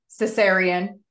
cesarean